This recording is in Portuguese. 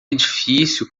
edifício